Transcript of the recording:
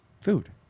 food